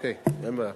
אוקיי, אין בעיה.